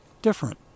Different